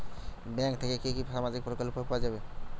Bank থেকে কি কি সামাজিক প্রকল্প পাওয়া যাবে?